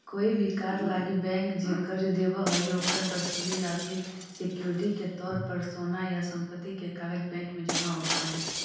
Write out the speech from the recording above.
कोई भी कार्य लागी बैंक जे कर्ज देव हइ, ओकर वसूली लागी सिक्योरिटी के तौर पर सोना या संपत्ति के कागज़ बैंक में जमा होव हइ